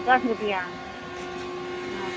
दश रूपैआ ओ